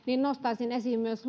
nostaisin esiin myös